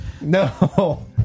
no